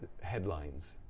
headlines